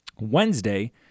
Wednesday